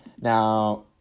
Now